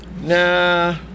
Nah